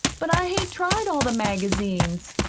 but i hain't tried all the magazines.